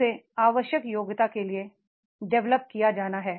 उसे आवश्यक योग्यता के लिए डेवलप किया जाना है